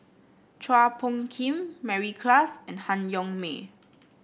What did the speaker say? Chua Phung Kim Mary Klass and Han Yong May